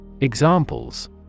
Examples